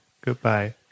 Goodbye